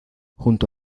junto